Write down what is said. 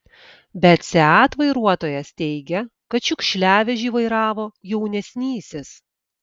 bet seat vairuotojas teigia kad šiukšliavežį vairavo jaunesnysis